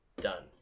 Done